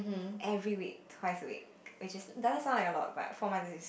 every week twice a week which is doesn't sound like a lot but four months